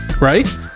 Right